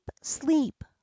sleep